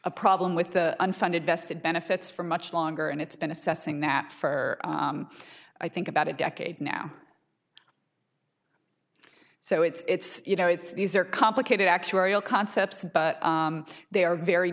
a problem with the unfunded vested benefits for much longer and it's been assessing that for i think about a decade now so it's you know it's these are complicated actuarial concepts but they are very